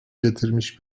getirmiş